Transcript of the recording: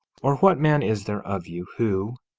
or what man is there of you, who,